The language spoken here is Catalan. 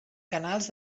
canals